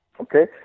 Okay